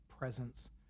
presence